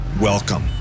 welcome